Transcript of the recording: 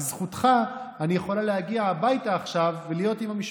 בזכותך אני יכולה להגיע הביתה עכשיו ולהיות עם המשפחה.